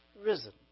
risen